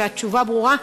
והתשובה ברורה.